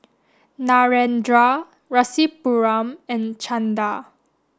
Narendra Rasipuram and Chanda